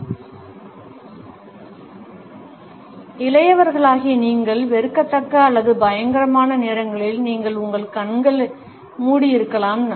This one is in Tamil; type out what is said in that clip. போது இளையவர்களாகிய நீங்கள் வெறுக்கத்தக்க அல்லது பயங்கரமான நேரங்களில் நீங்கள் உங்கள் கண்கள் மூடியிருக்கலாம்